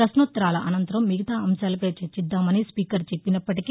ప్రశ్నోత్తరాల అనంతరం మిగతా అంశాలపై చర్చిద్దామని స్పీకర్ చెప్పినప్పటికి